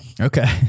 Okay